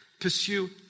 pursue